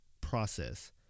process